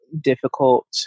difficult